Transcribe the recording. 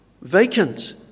vacant